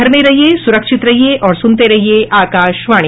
घर में रहिये सुरक्षित रहिये और सुनते रहिये आकाशवाणी